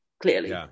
Clearly